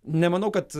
nemanau kad